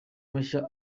mashya